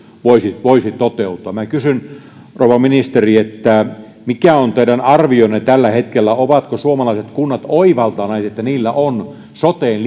voisi voisi toteutua minä kysyn rouva ministeri mikä on teidän arvionne tällä hetkellä ovatko suomalaiset kunnat oivaltaneet että niillä on soteen